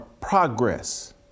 progress